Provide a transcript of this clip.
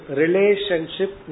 relationship